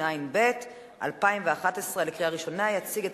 אין, ועוד שלושה, זה יהיה שישה, אנחנו לא נשנה את